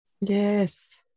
Yes